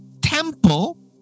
temple